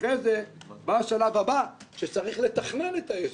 ואחרי זה בא השלב הבא שצריך לתכנן את האזור.